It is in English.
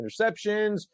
interceptions